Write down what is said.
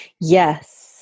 Yes